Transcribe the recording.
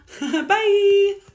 Bye